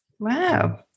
Wow